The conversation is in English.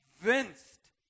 convinced